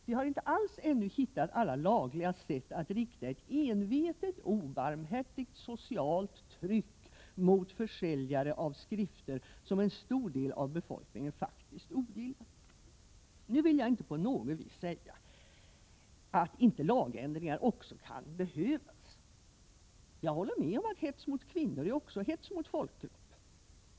Vi har inte alls ännu hittat alla lagliga sätt att rikta ett envetet, obarmhärtigt, socialt tryck mot försäljare av skrifter som en stor del av befolkningen faktiskt ogillar. Nu vill jag på intet sätt förneka att lagändringar också kan behövas. Jag håller med om att hets mot kvinnor också är hets mot folkgrupp.